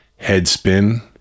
Headspin